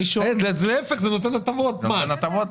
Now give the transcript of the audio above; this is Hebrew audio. להיפך, זה נותן הטבות מס.